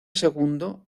segundo